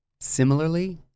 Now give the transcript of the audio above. Similarly